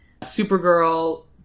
Supergirl